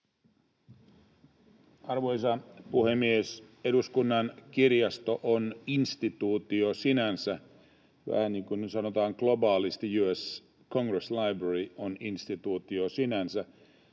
Arvoisa puhemies! Eduskunnan kirjasto on instituutio sinänsä — vähän niin kuin, sanotaan, globaalisti US Congress Library on instituutio sinänsä,